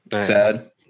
Sad